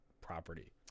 property